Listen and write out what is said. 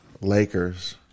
Lakers